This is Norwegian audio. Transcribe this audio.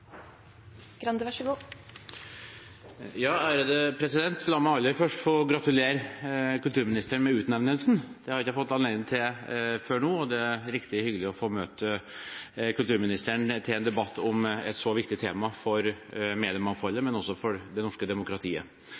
La meg aller først få gratulere kulturministeren med utnevnelsen, det har jeg ikke fått anledning til før nå, og det er riktig hyggelig å få møte kulturministeren til debatt om et så viktig tema for mediemangfoldet og også for det norske demokratiet.